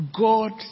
God